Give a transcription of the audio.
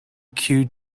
like